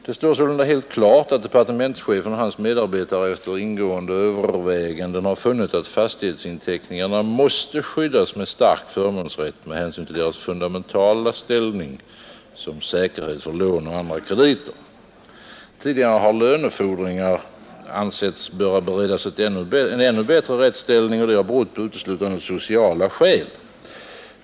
Det står sålunda helt klart att departementschefen och hans medarbetare efter ingående överväganden har funnit att fastighetsinteckningarna måste skyddas med stark förmånsrätt med hänsyn till deras fundamentala ställning som säkerhet för lån och andra krediter. Tidigare har lönefordringar ansetts böra beredas en ännu bättre rättsställning, detta av uteslutande sociala skäl.